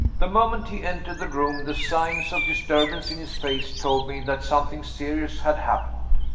the moment he entered the room the signs of disturbance in his face told me that something serious had happened.